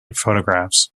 photographs